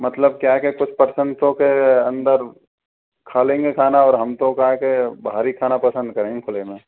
मतलब क्या है के कुछ पर्सन तो फिर अंदर खा लेंगे खाना और हम तो क्या है कि बाहर ही खाना पसंद करेंगे खुले में